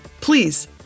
Please